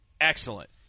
excellent